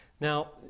Now